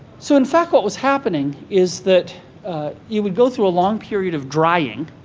so in fact, what was happening is that you would go through a long period of drying.